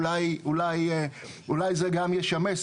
אולי זה גם ישמש,